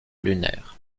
lunaire